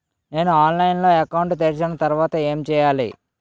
నేను ఆన్లైన్ లో అకౌంట్ తెరిచిన తర్వాత ఏం చేయాలి?